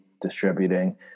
distributing